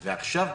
ועכשיו,